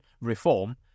reform